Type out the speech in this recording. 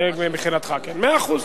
מאה אחוז.